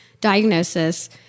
diagnosis